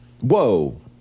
Whoa